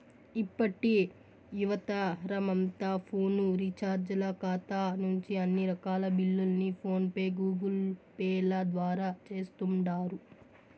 ఇప్పటి యువతరమంతా ఫోను రీచార్జీల కాతా నుంచి అన్ని రకాల బిల్లుల్ని ఫోన్ పే, గూగుల్పేల ద్వారా సేస్తుండారు